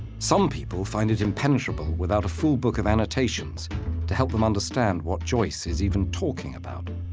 some people find it impenetrable without a full book of annotations to help them understand what joyce is even talking about.